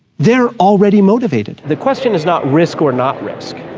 they're already motivated. the question is not risk or not risk,